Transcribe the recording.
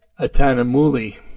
Atanamuli